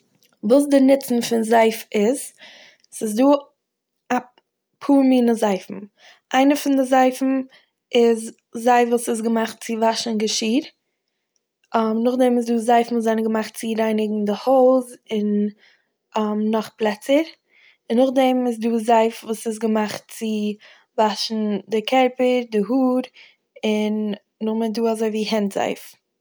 וואס די נוצן פון זייף איז. ס'איז דא א פאר מינע זייפ. איינער פון די זייפן איז זייף וואס איז געמאכט צו וואשן געשיר, נאכדעם איז דא זייפן וואס זענען געמאכט צו רייניגן די הויז, און נאך פלעצער, און נאכדעם איז דא זייף וואס איז געמאכט צו וואשן די קערפער, די האר... און נאכדעם איז דא אזויווי הענט זייף.